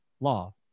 Law